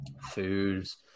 foods